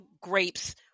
grapes